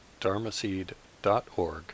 dharmaseed.org